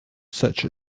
such